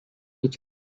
hiç